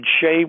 shape